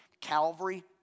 Calvary